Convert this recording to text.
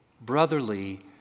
brotherly